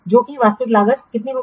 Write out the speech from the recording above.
तो अब वास्तविक लागत कितनी होगी